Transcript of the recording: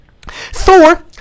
Thor